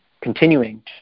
continuing